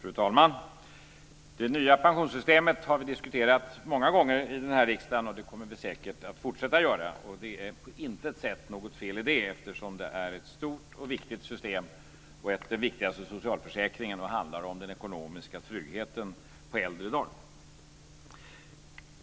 Fru talman! Det nya pensionssystemet har vi diskuterat många gånger i riksdagen, och det kommer vi säkert att fortsätta att göra. Det är på intet sätt något fel i det, eftersom det är ett stort och viktigt system - den viktigaste socialförsäkringen - och handlar om den ekonomiska tryggheten på äldre dagar.